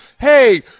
hey